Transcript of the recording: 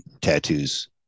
tattoos